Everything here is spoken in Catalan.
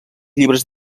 llibres